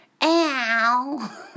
Ow